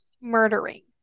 murdering